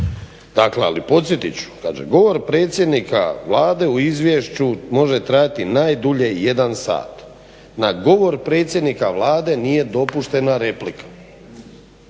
Dakle ali podsjetit ću kaže govor predsjednika Vlade o izvješću može trajati najdulje 1 sat. Na govor predsjednika Vlade nije dopuštena replika.